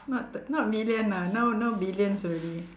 not not million ah now now billions already